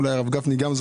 ואולי גם הרב גפני זוכר,